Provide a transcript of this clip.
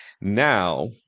Now